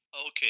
Okay